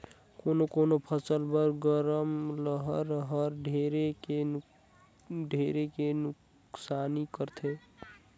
कोनो कोनो फसल बर गरम लहर हर ढेरे के नुकसानी करथे